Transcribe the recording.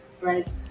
right